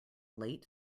late